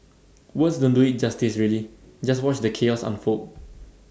words don't do IT justice really just watch the chaos unfold